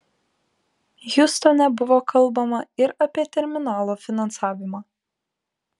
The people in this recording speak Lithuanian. hjustone buvo kalbama ir apie terminalo finansavimą